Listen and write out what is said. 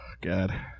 God